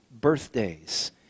Birthdays